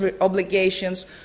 obligations